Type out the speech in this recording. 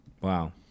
Wow